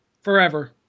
Forever